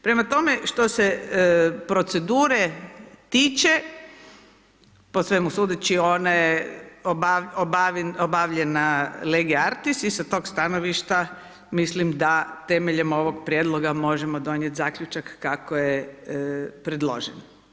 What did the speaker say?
Prema tome, što se procedure tiče, po svemu sudeći, one obavljena lege artis, i s tog stanovišta, mislim da temeljem ovog prijedloga možemo dobiti zaključak kako je predložen.